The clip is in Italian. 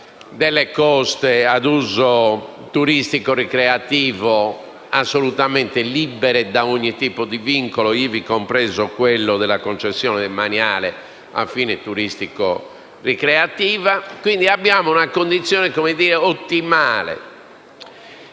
delle coste ad uso turistico-ricreativo assolutamente libere da ogni tipo di vincolo, ivi compreso quello della concessione demaniale a fini turistico-ricreativi, quindi abbiamo una condizione ottimale,